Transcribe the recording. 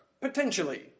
Potentially